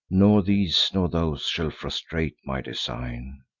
nor these, nor those, shall frustrate my design.